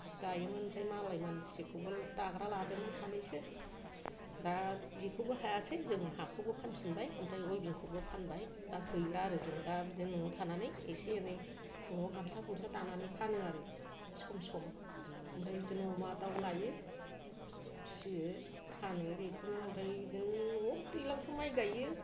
जि दायोमोन ओमफ्राय मालाय मानसिखौबो दाग्रा लादोंमोन सानैसो दा बिखौबो हायासै जों हाखौबो फानफिनबाय ओमफ्राय उइभिं खौबो फानबाय दा गैला आरो जों दा बिदिनो न'आव थानानै इसे एनै न'आव गामसा गुमसा दानानै फानो आरो सम सम ओमफ्राय बिदिनो अमा दाउ लायो फिसियो फानो बेखौनो ओमफ्राय ओरैनो न'आव दैलांफ्राव माइ गायो